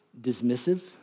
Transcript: dismissive